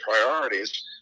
priorities